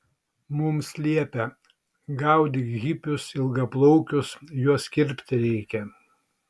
mums liepia gaudyk hipius ilgaplaukius juos kirpti reikia